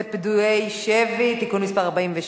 תשלומים לפדויי שבי (תיקון מס' 4)